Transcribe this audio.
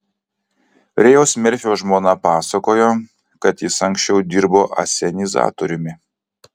rėjaus merfio žmona pasakojo kad jis anksčiau dirbo asenizatoriumi